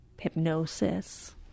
Hypnosis